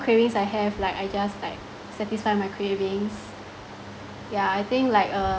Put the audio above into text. cravings I have like I just like satisfy my cravings yeah I think like a